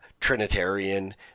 Trinitarian